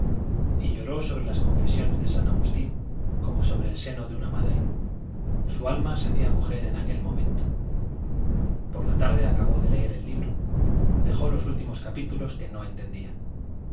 y lloró sobre las confesiones de san agustín como sobre el seno de una madre su alma se hacía mujer en aquel momento por la tarde acabó de leer el libro dejó los últimos capítulos que no entendía